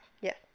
Yes